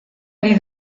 ari